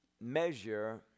measure